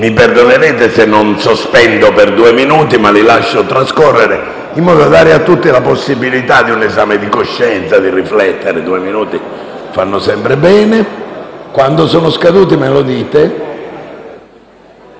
Mi perdonerete se non sospendo la seduta per due minuti ma li lascio trascorrere, in modo da dare a tutti la possibilità di un esame di coscienza, di riflettere. Due minuti fanno sempre bene. Ecco, ora possiamo procedere.